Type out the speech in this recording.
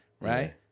right